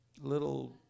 little